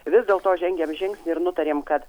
vis dėl to žengėm žingsnį ir nutarėm kad